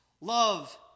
love